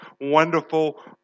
wonderful